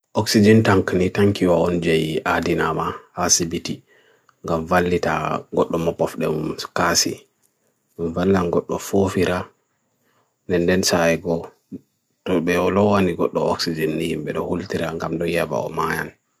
OXYGEN TAMKANI TAMKIWA ONJAYI ADINAMA, HACIBITI, GAVALITA GOTDOM OPPOF DEMOSUKASI, OVALAN GOTDOM OPPOF FIRA, NEN DENSAYI GO, TOBE OLO ANI GOTDOM OXYGEN NI, BEDO HULTIRA AN GAMDO YEA BA OMAYAN.